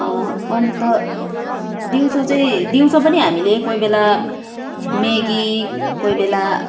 अन्त दिउँसो चाहिँ दिउँसो पनि हामीले कोही बेला मेगी कोही बेला